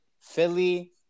Philly